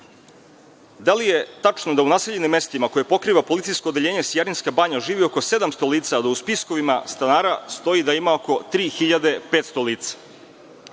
Da li je tačno da u naseljenim mestima, koje pokriva policijsko odeljenje, Sijarinska banja, živi oko 700 lica, a da u spiskovima stanara stoji da ima oko 3.500 lica? Sve